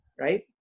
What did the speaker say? right